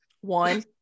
One